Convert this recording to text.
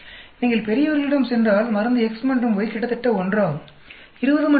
நீங்கள் பெரியவர்களிடம் சென்றால் மருந்து X மற்றும் Y கிட்டத்தட்ட ஒன்று ஆகும் 20 மற்றும் 30